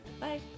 Bye